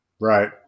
Right